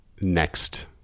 next